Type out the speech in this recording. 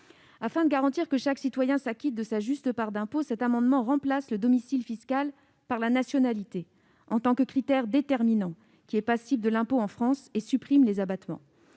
Afin de garantir que chaque citoyen s'acquitte de sa juste part d'impôt, cet amendement remplace le domicile fiscal par la nationalité, en tant que critère déterminant de l'assujettissement à l'impôt en France, et supprime les abattements.